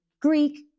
Greek